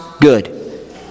good